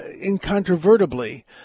incontrovertibly